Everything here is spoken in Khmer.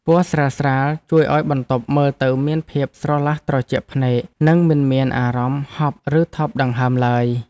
ពណ៌ស្រាលៗជួយឱ្យបន្ទប់មើលទៅមានភាពស្រឡះត្រជាក់ភ្នែកនិងមិនមានអារម្មណ៍ហប់ឬថប់ដង្ហើមឡើយ។